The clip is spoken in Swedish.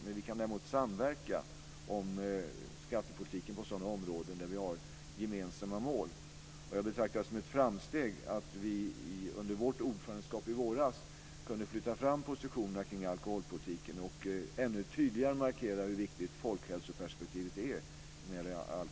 Däremot kan vi samverka om skattepolitiken på sådana områden där vi har gemensamma mål. Jag betraktar det som ett framsteg att vi under vårt ordförandeskap i våras kunde flytta fram positionerna kring alkoholpolitiken och ännu tydligare markera hur viktigt folkhälsoperspektivet är.